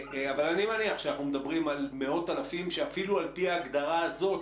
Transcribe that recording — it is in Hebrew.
אבל אני מניח שאנחנו מדברים על מאות אלפים שאפילו על פי ההגדרה הזאת